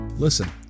Listen